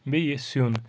بیٚیِہ یہِ سیُٚن